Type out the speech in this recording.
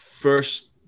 first